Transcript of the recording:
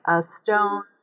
stones